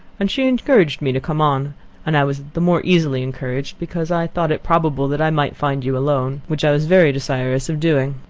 and she encouraged me to come on and i was the more easily encouraged, because i thought it probable that i might find you alone, which i was very desirous of doing.